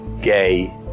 gay